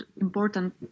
important